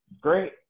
Great